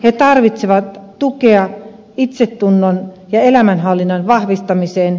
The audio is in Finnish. he tarvitsevat tukea itsetunnon ja elämänhallinnan vahvistamiseen